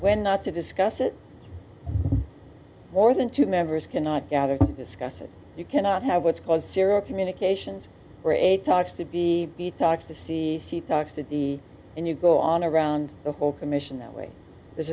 when not to discuss it more than two members cannot gather to discuss it you cannot have what's called zero communications or eight talks to be the talks to see c talks to d and you go on around the whole commission that way there's